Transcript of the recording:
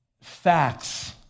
facts